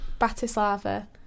Bratislava